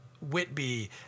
whitby